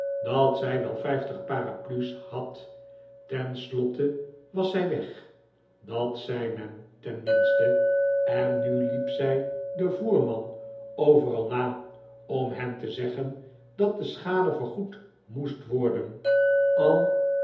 dat zij wel vijftig paraplu's had tenslotte was zij weg dat zei men tenminste en nu liep zij den voerman overal na om hem te zeggen dat de schade vergoed moest worden al